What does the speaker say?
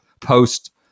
post